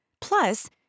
Plus